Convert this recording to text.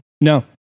No